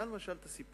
היה, למשל, הסיפור